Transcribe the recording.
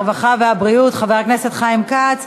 הרווחה והבריאות חבר הכנסת חיים כץ.